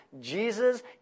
Jesus